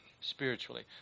spiritually